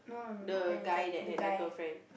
the guy that had a girlfriend